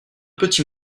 petit